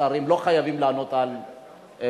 שרים לא חייבים לענות על סדרי-היום,